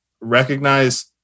recognize